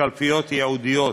בקלפיות ייעודיות.